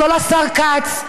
לא לשר כץ,